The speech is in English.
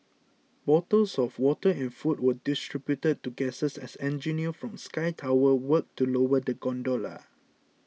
bottles of water and food were distributed to guests as engineers from Sky Tower worked to lower the gondola